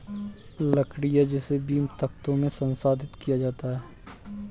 लकड़ी है जिसे बीम, तख्तों में संसाधित किया गया है